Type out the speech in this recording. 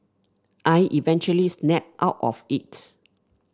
I eventually snapped out of it